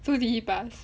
so did he pass